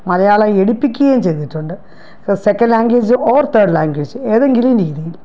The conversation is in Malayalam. മലയാളം എടുപ്പിക്കുകയും ചെയ്തിട്ടുണ്ട് സെക്കൻഡ് ലാംഗ്വേജ് ഓർ തേഡ് ലാംഗ്വേജ് ഏതെങ്കിലും രീതിയിൽ